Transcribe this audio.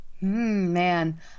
man